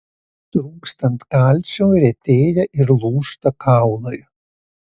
trūkstant kalcio retėja ir lūžta kaulai